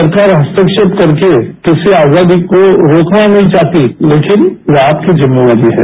सरकार हस्तक्षेप करके किसी आजादी को रोकना नहीं चाहती लेकिन यह आपकी जिम्मेवारी है